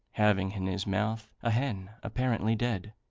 having in his mouth a hen, apparently dead.